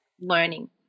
learning